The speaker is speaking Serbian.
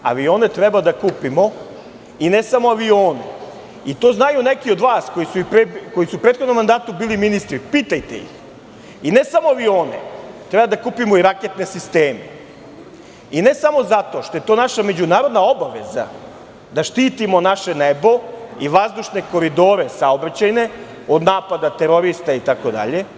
Avione treba da kupimo, i ne samo avione, i to znaju neki od vas koji su u prethodnom mandatu bili ministri, pitajte ih, i ne samo avione, treba da kupimo i raketne sisteme, i ne samo zato što je to naša međunarodna obaveza, da štitimo naše nebo i vazdušne koridore saobraćajne, od napada terorista itd.